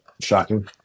shocking